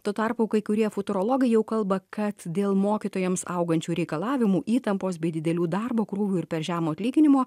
tuo tarpu kai kurie futurologai jau kalba kad dėl mokytojams augančių reikalavimų įtampos bei didelių darbo krūvių ir per žemo atlyginimo